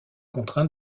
contraint